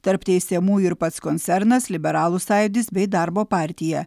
tarp teisiamųjų ir pats koncernas liberalų sąjūdis bei darbo partija